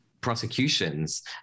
prosecutions